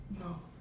No